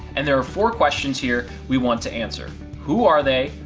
and there are four questions here we want to answer. who are they?